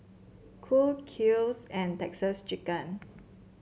Cool Kiehl's and Texas Chicken